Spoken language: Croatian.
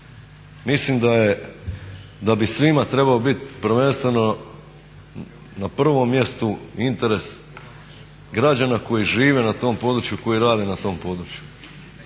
Mislim da bi svima trebao bit prvenstveno na prvom mjestu interes građana koji žive na tom području, koji rade na tom području